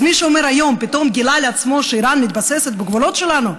אז מי שהיום פתאום גילה לעצמו שאיראן מתבססת בגבולות שלנו,